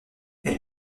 elle